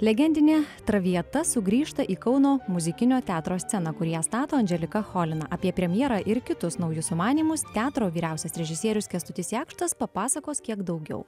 legendinė traviata sugrįžta į kauno muzikinio teatro sceną kur ją stato andželika cholina apie premjerą ir kitus naujus sumanymus teatro vyriausias režisierius kęstutis jakštas papasakos kiek daugiau